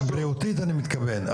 בריאותית אני מתכוון.